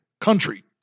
country